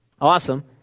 Awesome